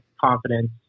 confidence